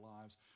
lives